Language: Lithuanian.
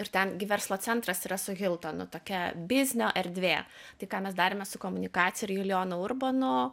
ir ten gi verslo centras yra su hiltonu tokia biznio erdvė tai ką mes darėme su komunikacija ir julijonu urbonu